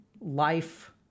life